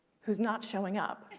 who's not showing up.